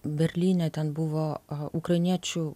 berlyne ten buvo a ukrainiečių